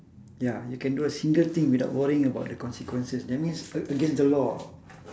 ya you can do a single thing without worrying about the consequences that means a~ against the law